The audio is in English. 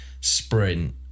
sprint